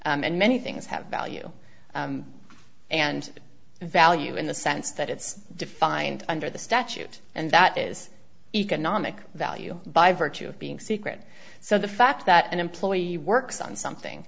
and many things have value and value in the sense that it's defined under the statute and that is economic value by virtue of being secret so the fact that an employee works on something